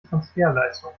transferleistung